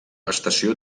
estació